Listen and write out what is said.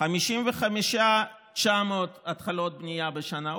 55,900 התחלות בנייה בשנה.